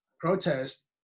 protest